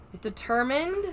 determined